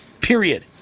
Period